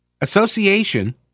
Association